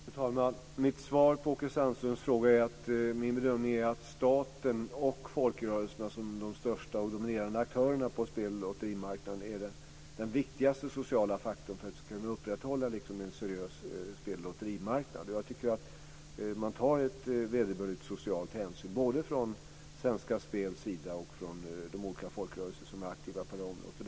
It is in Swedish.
Fru talman! Mitt svar på Åke Sandströms fråga är att min bedömning är att staten och folkrörelserna, som de största och dominerande aktörerna på speloch lotterimarknaden, är de viktigaste sociala faktorerna för att vi ska kunna upprätthålla en seriös speloch lotterimarknad. Jag tycker att man tar vederbörligt socialt hänsyn, både från Svenska Spels sida och från de olika folkrörelser som är aktiva på det här området.